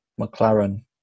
mclaren